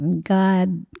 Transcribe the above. God